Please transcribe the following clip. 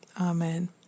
Amen